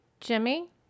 Jimmy